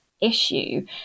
issue